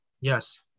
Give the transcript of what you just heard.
yes